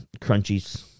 crunchies